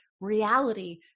reality